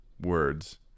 words